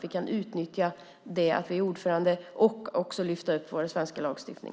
Vi kan utnyttja det och lyfta fram vår svenska lagstiftning.